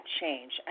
change